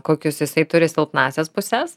kokius jisai turi silpnąsias puses